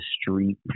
street